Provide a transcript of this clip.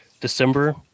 December